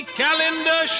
calendar